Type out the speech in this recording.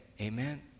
Amen